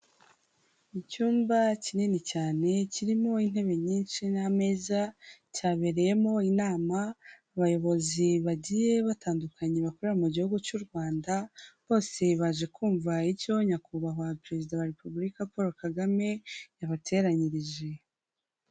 Icyumba kinini cyane kirimo intebe nyinshi n'ameza, cyabereyemo inama, abayobozi bagiye batandukanye bakorera mu gihugu cy'u Rwanda bose baje kumva icyo Nyakubahwa Perezida wa Repubulika Polo Kagame yabateranyirije.